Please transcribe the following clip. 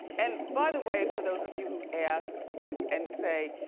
and, by the way, for those of you who've asked and and say,